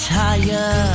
higher